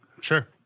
Sure